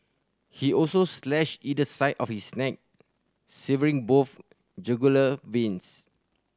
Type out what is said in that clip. he also slashed either side of his neck severing both jugular veins